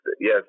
Yes